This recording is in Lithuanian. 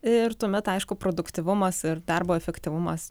ir tuomet aišku produktyvumas ir darbo efektyvumas